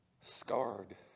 Scarred